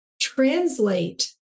translate